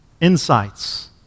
Insights